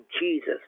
jesus